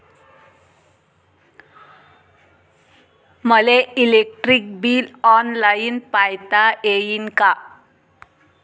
मले electric bill online पायता येईन का?